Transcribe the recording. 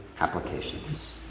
applications